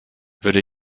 würde